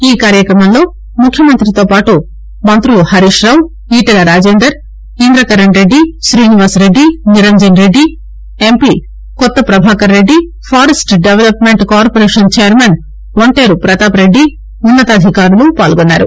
ఈ కార్యక్రమంలో ముఖ్యమంతితోపాటు మంతులు Harish Rao Etela Rajender Indrakaran Reddy Srinivas Reddy Niranjan Reddy MP Kotha Prabhakar Reddy forest development corporation chairman Vonteru Pratap Reddy ఉన్నతాధికారులు పాల్గొన్నారు